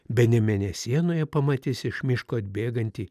bene mėnesienoje pamatys iš miško atbėgantį